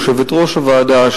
יושבת-ראש הוועדה,